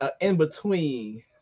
in-between